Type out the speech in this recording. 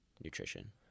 nutrition